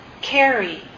Carry